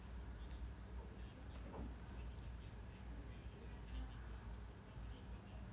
yeah